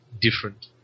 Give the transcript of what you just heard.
different